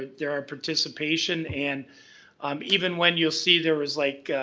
there are participation, and um even when you'll see there was, like,